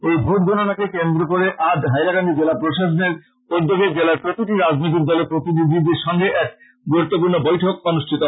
এই ভোট গণনা কে কেন্দ্র করে আজ হাইলাকান্দি জেলা প্রশাসনের তরফ থেকে জেলার প্রতিটি রাজনৈতিক দলের প্রতিনিধিদের সঙ্গে এক গুরুত্বপূর্ণ সভা অনুষ্ঠিত হয়